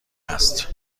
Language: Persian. است